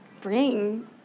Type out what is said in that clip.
bring